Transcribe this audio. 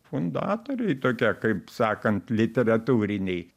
fundatoriai tokie kaip sakant literatūriniai